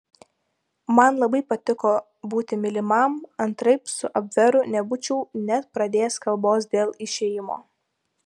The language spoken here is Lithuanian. man labai patiko būti mylimam antraip su abveru nebūčiau net pradėjęs kalbos dėl išėjimo